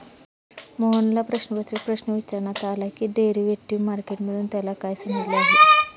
मोहनला प्रश्नपत्रिकेत प्रश्न विचारण्यात आला की डेरिव्हेटिव्ह मार्केट मधून त्याला काय समजले आहे?